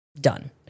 done